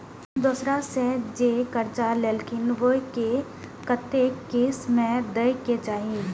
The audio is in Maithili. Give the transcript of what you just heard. हम दोसरा से जे कर्जा लेलखिन वे के कतेक किस्त में दे के चाही?